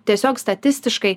tiesiog statistiškai